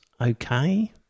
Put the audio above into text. okay